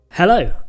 Hello